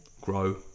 grow